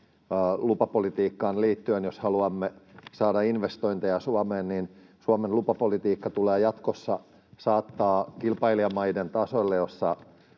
lupapolitiikkaan liittyen. Jos haluamme saada investointeja Suomeen, niin Suomen lupapolitiikka tulee jatkossa saattaa kilpailijamaiden tasolle,